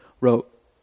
wrote